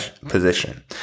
position